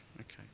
Okay